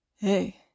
Hey